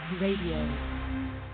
Radio